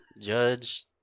Judge